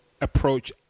approach